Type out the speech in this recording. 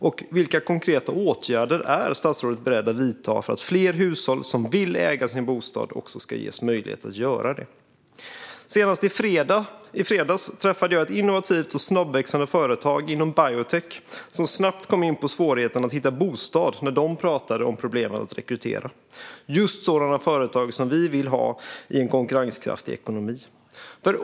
Och vilka konkreta åtgärder är statsrådet beredd att vidta för att fler hushåll som vill äga sin bostad också ska ges möjlighet att göra detta? Senast i fredags träffade jag ett innovativt och snabbväxande företag inom biotech som snabbt kom in på svårigheten att hitta bostad när de pratade om problemen med att rekrytera. Det just sådana företag som vi vill ha i en konkurrenskraftig ekonomi.